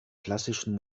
klassischen